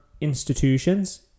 institutions